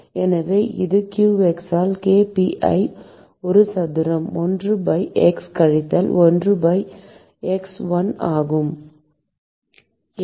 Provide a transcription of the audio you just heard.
எனவே இது qx ஆல் k pi ஒரு சதுரம் 1 by x கழித்தல் 1 by x 1 ஆகும்